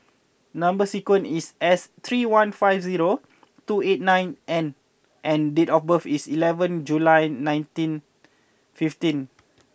number sequence is S three one five zero two eight nine N and date of birth is eleventh July nineteen fifteen